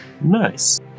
Nice